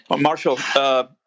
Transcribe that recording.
Marshall